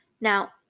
Now